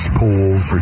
pools